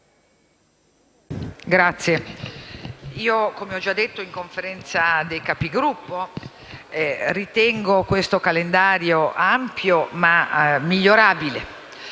Presidente, come ho già detto in sede di Conferenza dei Capigruppo, ritengo questo calendario ampio ma migliorabile,